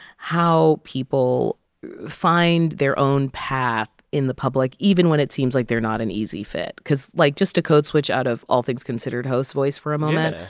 how people find their own path in the public even when it seems like they're not an easy fit because, like just to code switch out of all things considered host voice for a moment. ah